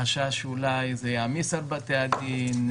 חשש שאולי זה יעמיס על בתי הדין,